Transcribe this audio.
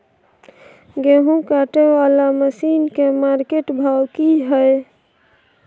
गेहूं काटय वाला मसीन के मार्केट भाव की हय?